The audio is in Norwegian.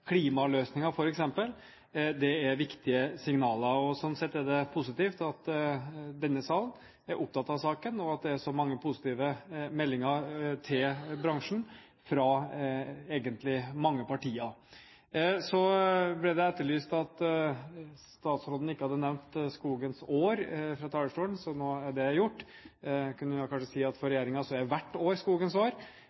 klimaløsninger, viktige signaler. Sånn sett er det positivt at denne salen er opptatt av saken, og at det er så mange positive meldinger til bransjen fra egentlig mange partier. Så ble det etterlyst at statsråden ikke hadde nevnt Skogens år fra talerstolen – nå er det gjort. Jeg kunne kanskje si at for